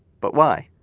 but why?